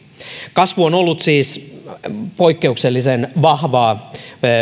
kasvu on ollut siis poikkeuksellisen vahvaa